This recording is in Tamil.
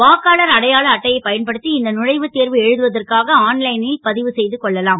வாக்காளர் அடையாள அட்டையை பயன்படுத் இந்த நுழைவு எழுதுவதற்காக ஆன்லை ல் பாவு செயது கொள்ளலாம்